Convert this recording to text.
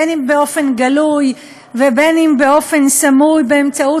בין באופן גלוי ובין באופן סמוי באמצעות